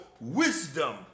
wisdom